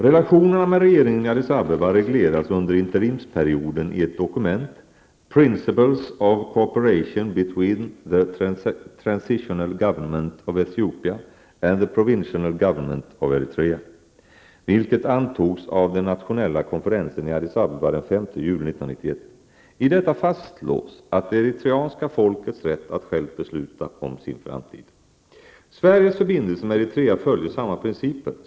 Relationerna med regeringen i Addis Abeba regleras under interimsperioden i ett dokument, ''Principles of Eritrea'', vilket antogs av den nationella konferensen i Addis Abeba den 5 juli 1991. I detta fastslås det eritreanska folkets rätt att självt besluta om sin framtid. Sveriges förbindelser med Eritrea följer samma principer.